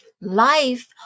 life